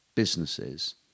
Businesses